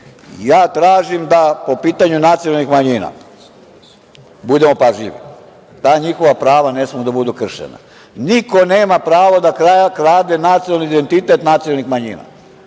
ja tražim da po pitanju nacionalnih manjina budemo pažljivi. Ta njihova prava ne smeju da budu kršena. Niko nema pravo da krade nacionalni identitet nacionalnih manjina.